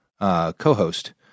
co-host